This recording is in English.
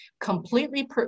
completely